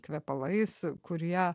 kvepalais kurie